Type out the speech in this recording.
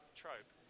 trope